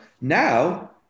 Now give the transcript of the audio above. Now